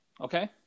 Okay